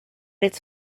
its